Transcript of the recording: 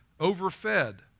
overfed